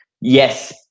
yes